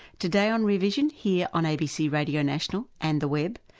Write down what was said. today on rear vision, here on abc radio national, and the web,